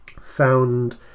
Found